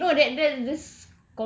damn cannot lah seh